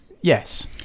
Yes